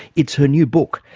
it's her new book.